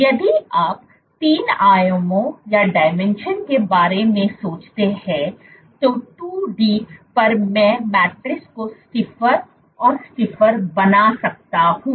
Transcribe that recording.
यदि आप 3 आयामों के बारे में सोचते हैं तो 2 डी पर मैं मैट्रिक्स को स्टिफ़र और स्टिफ़र बना सकता हूं